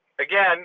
Again